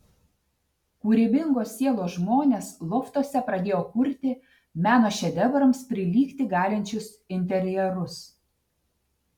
kūrybingos sielos žmonės loftuose pradėjo kurti meno šedevrams prilygti galinčius interjerus